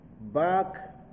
Back